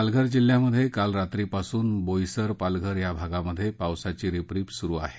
पालघर जिल्ह्यात काल रात्रीपासून बोईसर पालघर भागांत पावसाची रिपरिप सुरू आहे